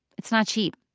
it's not cheap.